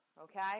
okay